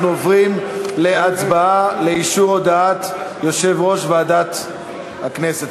אנחנו עוברים להצבעה לאישור הודעת יושב-ראש ועדת הכנסת.